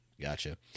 gotcha